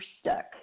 stuck